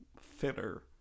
fitter